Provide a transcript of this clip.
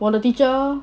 我的 teacher